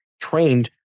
trained